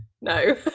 No